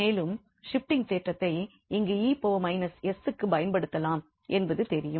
மேலும் ஷிப்டிங் தேற்றத்தை இங்கு 𝑒−𝑠 க்கு பயன்படுத்தலாம் என்பது தெரியும்